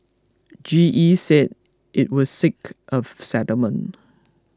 G E said it would seek a settlement